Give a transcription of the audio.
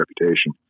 Reputation